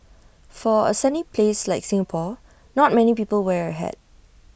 for A sunny place like Singapore not many people wear A hat